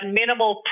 minimal